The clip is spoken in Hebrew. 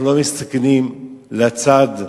אנחנו לא מסתכלים לצד.